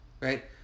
right